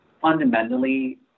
fundamentally